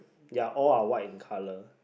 ya all are white in colour